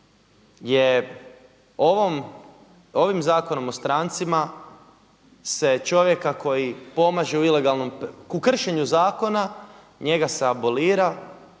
ovim Zakonom o strancima se čovjeka koji pomaže u ilegalnom, u kršenju zakona njega se abolira,